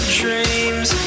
dreams